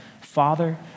Father